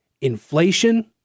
Inflation